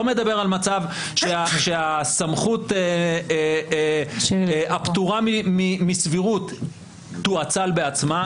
מדבר על מצב שהסמכות הפטורה מסבירות תואצל בעצמה.